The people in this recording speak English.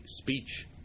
speech